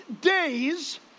days